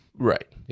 Right